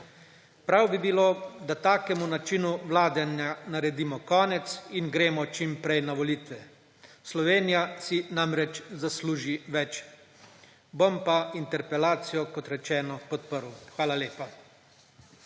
Prav bi bilo, da takemu načinu vladanja naredimo konec in gremo čim prej na volitve. Slovenija si namreč zasluži več. Interpelacijo bom, kot rečeno, podprl. Hvala lepa.